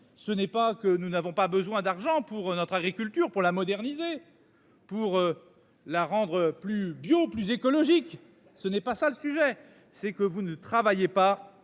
Ce n'est pas que nous n'avons pas besoin d'argent pour notre agriculture pour la moderniser. Pour. La rendre plus bio plus écologique. Ce n'est pas ça le sujet c'est que vous ne travaillez pas